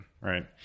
Right